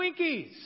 Twinkies